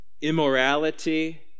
immorality